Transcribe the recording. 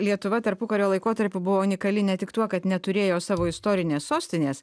lietuva tarpukario laikotarpiu buvo unikali ne tik tuo kad neturėjo savo istorinės sostinės